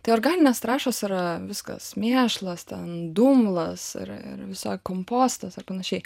tai organinės trąšos yra viskas mėšlas ten dumblas yra ir visoks kompostas ar panašiai